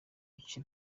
ibice